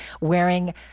wearing